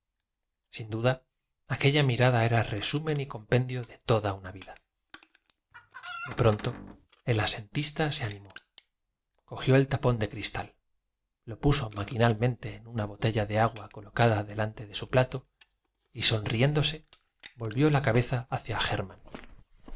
sin duda aquella mirada era resumen y compendio de toda una vida de pronto el asen tista se animó cogió el tapón de cristal lo puso maquinalmente en una botella de agua colocada delante de su plato y sonriéndose volvió la cabeza hacia hermann